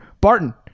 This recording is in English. Barton